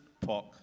pork